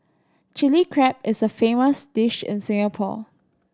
Chilli Crab is a famous dish in Singapore